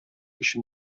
өчен